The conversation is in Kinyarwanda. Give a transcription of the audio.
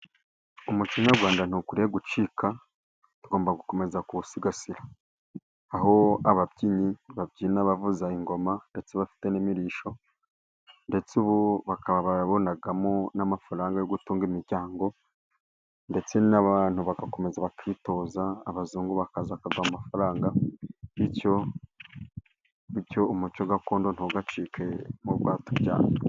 Umuconyarwanda ntukwiriye gucika, tugomba gukomeza kuwusigasira, aho ababyinnyi babyina bavuza ingoma, ndetse bafite n'imirishyo, ndetse ubu bakaba babonamo n'amafaranga yo gutunga imiryango, ndetse n'abantu bagakomeza bakitoza, abazungu bakaza bakaguha amafaranga, bityo bityo, umuco gakondo ntugacike mu rwatubyaye.